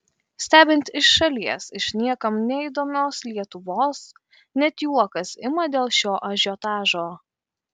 stebint iš šalies iš niekam neįdomios lietuvos net juokas ima dėl šio ažiotažo